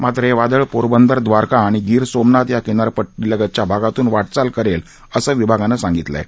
मात्र हे वादळ पोरबंदर द्वारका आणि गिर सोमनाथ या किनारपट्टीलगतच्या भागातून वा आल करेल असं विभागानं सांगितलं आहे